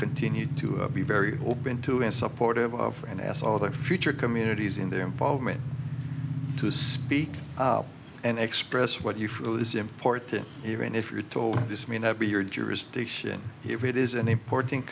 continue to be very open to and supportive of and as all the future communities in their involvement to speak up and express what you feel is important even if you're told this may not be your jurisdiction here it is an important